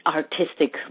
artistic